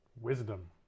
Wisdom